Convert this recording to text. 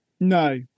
no